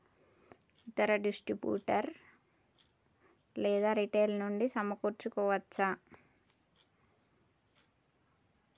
ఇతర డిస్ట్రిబ్యూటర్ లేదా రిటైలర్ నుండి సమకూర్చుకోవచ్చా?